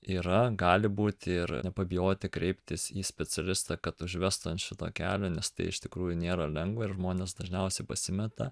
yra gali būti ir nepabijoti kreiptis į specialistą kad užvestų ant šito kelio nes iš tikrųjų nėra lengva ir žmonės dažniausiai pasimeta